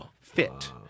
fit